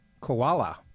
Koala